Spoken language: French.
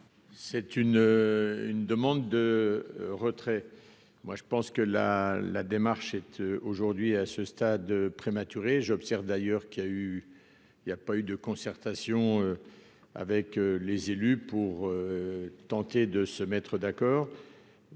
C'est une une demande de retrait, moi je pense que la la démarche être aujourd'hui à ce stade prématuré, j'observe d'ailleurs qu'il a eu, il y a pas eu de concertation avec les élus pour tenter de se mettre d'accord,